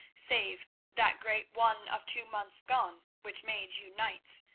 save that great one of two months gone which made you knights,